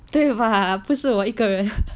对吧不是我一个人